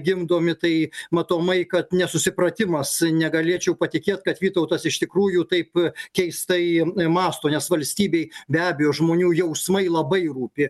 gimdomi tai matomai kad nesusipratimas negalėčiau patikėt kad vytautas iš tikrųjų taip keistai mąsto nes valstybei be abejo žmonių jausmai labai rūpi